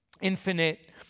infinite